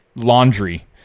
laundry